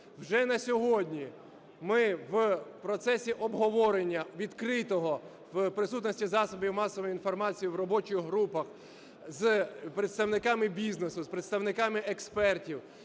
Вже на сьогодні ми в процесі обговорення відкритого в присутності засобів масової інформації в робочих групах з представниками бізнесу, з представниками експертів,